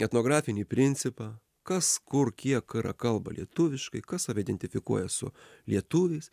etnografinį principą kas kur kiek yra kalba lietuviškai kas save identifikuoja su lietuviais